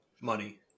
money